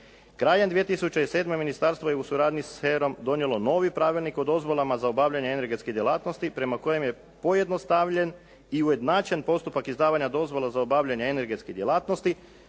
Krajem 2007. ministarstvo je u suradnji s HERA-om donijelo novi Pravilnik o dozvolama za obavljanje energetskih djelatnosti prema kojem je pojednostavljen i ujednačen postupak izdavanja dozvola za obavljanje energetskih djelatnosti,